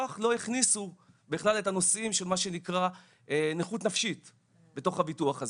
לא הכניסו את הנושאים של מה שנקרא נכות נפשית בתוך הביטוח הזה.